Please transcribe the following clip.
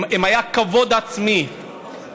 אם היה כבוד עצמי,